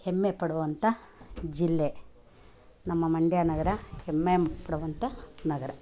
ಹೆಮ್ಮೆ ಪಡುವಂಥ ಜಿಲ್ಲೆ ನಮ್ಮ ಮಂಡ್ಯ ನಗರ ಹೆಮ್ಮೆ ಪಡುವಂಥ ನಗರ